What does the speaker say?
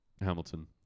Hamilton